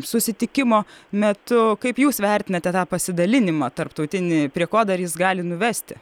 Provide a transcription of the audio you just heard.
susitikimo metu kaip jūs vertinate tą pasidalinimą tarptautinį prie ko dar jis gali nuvesti